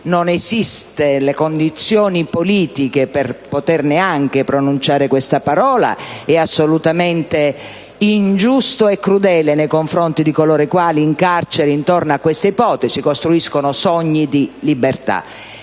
non esistono le condizioni politiche per poter anche pronunciare questa parola sia assolutamente ingiusto e crudele nei confronti di coloro i quali in carcere costruiscono sogni di libertà